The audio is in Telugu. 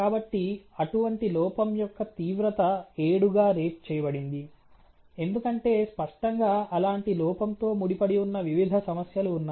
కాబట్టి అటువంటి లోపం యొక్క తీవ్రత ఏడుగా రేట్ చేయబడింది ఎందుకంటే స్పష్టంగా అలాంటి లోపంతో ముడిపడి ఉన్న వివిధ సమస్యలు ఉన్నాయి